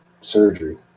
surgery